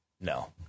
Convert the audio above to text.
No